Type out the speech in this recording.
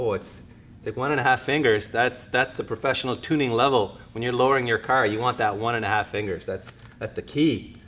ah it's like one and a half fingers. that's that's the professional tuning level. when you're lowering your car, you want that one and a half fingers. that's the key.